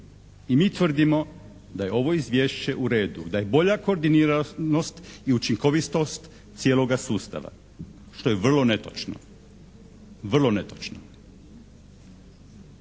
i mi tvrdimo da je ovo izvješće u redu, da je bolja koordiniranost i učinkovitost cijeloga sustava što je vrlo netočno, vrlo netočno.